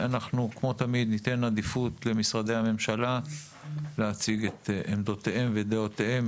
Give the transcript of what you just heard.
אנחנו כמו תמיד ניתן עדיפות למשרדי הממשלה להציג את עמדותיהם ודעותיהם.